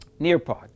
Nearpod